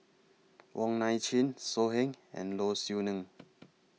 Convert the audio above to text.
Wong Nai Chin So Heng and Low Siew Nghee